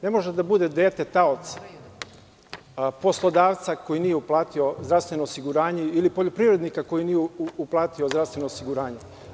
Ne može da bude dete talac poslodavca koji nije uplati zdravstveno osiguranje ili poljoprivrednika koji nije uplatio zdravstveno osiguranje.